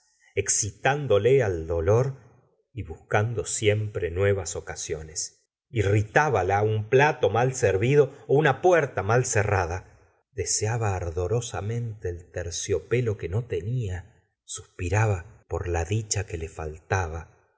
más excitándole al dolor y buscando siempre nuevas ocasiones irritbala un plato mal servido una puerta mal cerrada deseaba ardorosamente el terciopelo que no tenía suspiraba por la dicha que le faltaba